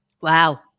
Wow